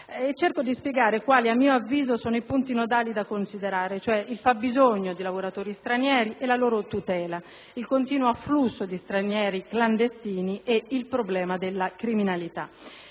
Cercherò di spiegare quali a mio avviso sono i punti nodali da considerare, cioè il fabbisogno dei lavoratori stranieri e la loro tutela, il continuo afflusso di stranieri clandestini e il problema della criminalità.